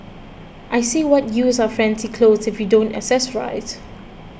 I say what use are fancy clothes if you don't accessorise